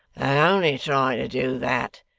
only tried to do that,